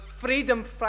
freedom